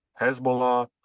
Hezbollah